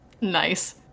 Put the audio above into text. Nice